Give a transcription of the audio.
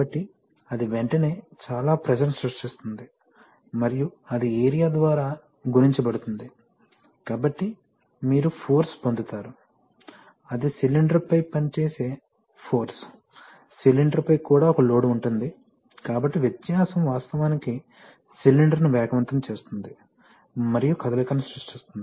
కాబట్టి అది వెంటనే చాలా ప్రెషర్ ని సృష్టిస్తుంది మరియు అది ఏరియా ద్వారా గుణించబడుతుంది కాబట్టి మీరు ఫోర్స్ పొందుతారు అది సిలిండర్ పై పనిచేసే ఫోర్స్ సిలిండర్పై కూడా ఒక లోడ్ ఉంటుంది కాబట్టి వ్యత్యాసం వాస్తవానికి సిలిండర్ను వేగవంతం చేస్తుంది మరియు కదలికను సృష్టిస్తుంది